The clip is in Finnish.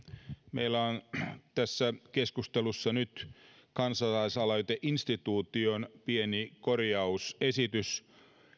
meillä on tässä keskustelussa nyt kansalaisaloiteinstituution pieni korjausesitys